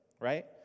right